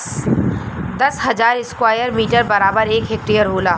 दस हजार square metre बराबर एक हेक्टेयर होला